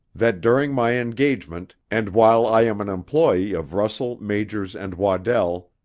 that during my engagement, and while i am an employe of russell, majors and waddell,